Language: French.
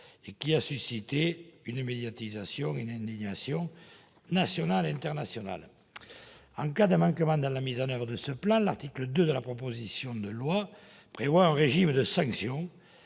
et qui a suscité une indignation internationale. En cas de manquement dans la mise en oeuvre de ce plan, l'article 2 de la proposition de loi prévoit un régime de sanction